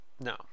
no